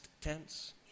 tense